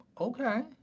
Okay